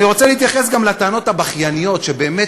אני רוצה להתייחס גם לטענות הבכייניות, שבאמת